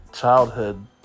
childhood